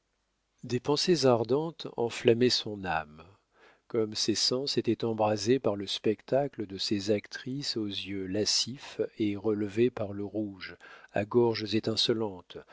des pensées ardentes enflammaient son âme comme ses sens étaient embrasés par le spectacle de ces actrices aux yeux lascifs et relevés par le rouge à gorges étincelantes